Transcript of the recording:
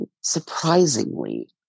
surprisingly